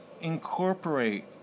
incorporate